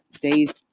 days